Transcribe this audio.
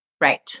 Right